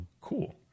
cool